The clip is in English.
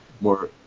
more